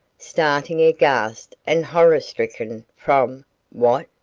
starting aghast and horror stricken from what?